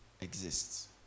exists